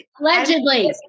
allegedly